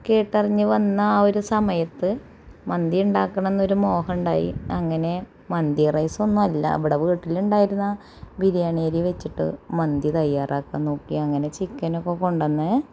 കേട്ടറിഞ്ഞ് വന്ന ആ ഒര് സമയത്ത് മന്തിയുണ്ടാക്കണം എന്നൊര് മോഹമുണ്ടായിരുന്നു അങ്ങനെ മന്തി റൈസൊന്നുവല്ല ഇവിടെ വീട്ടിലുണ്ടായിരുന്ന ബിരിയാണിയരി വെച്ചിട്ട് മന്തി തയ്യാറാക്കാൻ നോക്കി അങ്ങനെ ചിക്കനൊക്കെ കൊണ്ടുവന്ന്